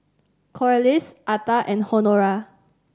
Corliss Atha and Honora